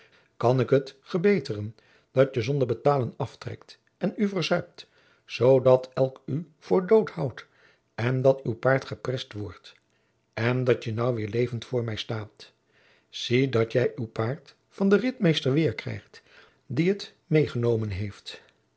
kan ik het ebeteren dat je zonder betaôlen aftrekt en oe verzuipt zoodat elk oe veur dood houdt en dat oe paôrd geprest wordt en dat je noû weêr levend veur mij staôt zie dat jij oe paôrd van den ritmeester weêr krijgt die het met enomen heeft